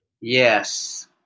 yes